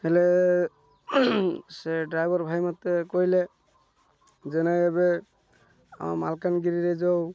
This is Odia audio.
ହେଲେ ସେ ଡ୍ରାଇଭର୍ ଭାଇ ମତେ କହିଲେ ଯେନେ ଏବେ ଆମ ମାଲକାନଗିରିରେ ଯଉ